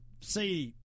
see